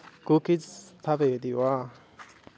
cookies स्थापयति वा